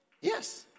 Yes